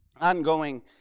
ongoing